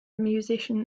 musician